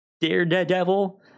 daredevil